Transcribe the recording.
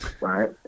right